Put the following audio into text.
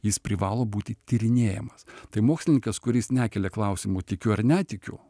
jis privalo būti tyrinėjamas tai mokslininkas kuris nekelia klausimo tikiu ar netikiu